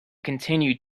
continue